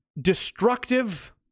destructive